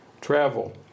travel